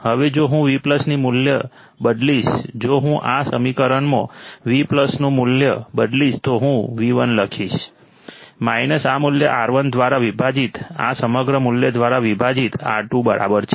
હવે જો હું V ની મૂલ્ય બદલીશ જો હું આ સમીકરણમાં V નું મૂલ્ય બદલીશ તો હું V1 લખીશ આ મૂલ્ય R1 દ્વારા વિભાજિત આ સમગ્ર મૂલ્ય દ્વારા વિભાજિત R2 બરાબર છે